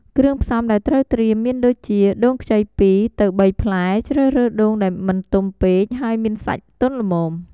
គ្រឿងផ្សំដែលត្រូវត្រៀមមានដូចជា ដូងខ្ចី ២ ទៅ ៣ ផ្លែ ជ្រើសរើសដូងដែលមិនទុំពេក ហើយមានសាច់ទន់ល្មម។